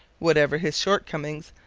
whatever his shortcomings,